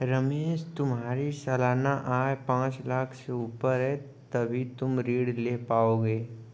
रमेश तुम्हारी सालाना आय पांच लाख़ से ऊपर है तभी तुम ऋण ले पाओगे